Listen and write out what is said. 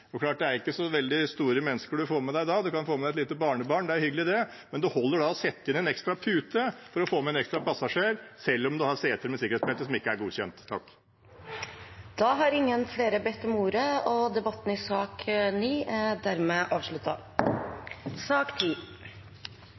Det er ikke så store mennesker man får med seg da – man kan få med seg et lite barnebarn, og det er hyggelig. Men da holder det å sette inn en ekstra pute for å få med en ekstra passasjer, selv om man har seter med sikkerhetsbelter som ikke er godkjent. Flere har ikke bedt om ordet til sak nr. 9. Etter ønske fra transport- og